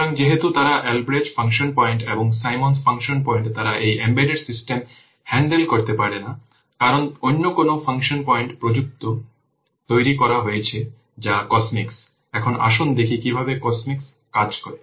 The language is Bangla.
সুতরাং যেহেতু তারা Albrecht ফাংশন পয়েন্ট এবং Symons ফাংশন পয়েন্ট তারা এই এমবেডেড সিস্টেম হ্যান্ডেল করতে পারে না কারণ অন্য কোন ফাংশন পয়েন্ট প্রযুক্তি তৈরি করা হয়েছে যা COSMICS এখন আসুন দেখি কিভাবে COSMICS কাজ করে